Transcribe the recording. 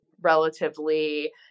relatively